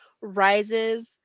rises